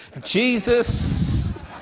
Jesus